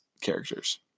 characters